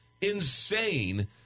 insane